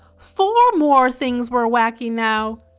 four more things were wacky now!